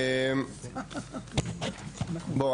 בואו,